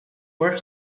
warp